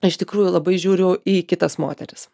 iš tikrųjų labai žiūriu į kitas moteris